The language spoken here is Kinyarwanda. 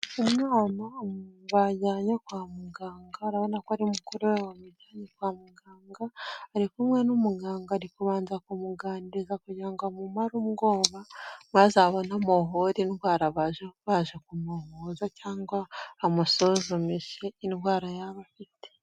Umwana bajyanye kwa muganga urabona ko ari mukuru we wamujyanye kwa muganga, ari kumwe n'umuganga ari kubanza kumuganiriza kugira ngo amumare ubwoba, maze abone amuvure indwara baje baje kumuvuza cyangwa amusuzumishe indwara yaba afite.